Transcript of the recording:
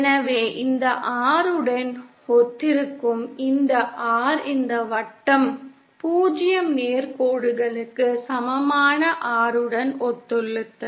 எனவே இந்த R உடன் ஒத்திருக்கும் இந்த R இந்த வட்டம் 0 நேர் கோடுகளுக்கு சமமான R உடன் ஒத்துள்ளது